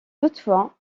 toutefois